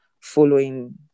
following